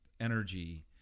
energy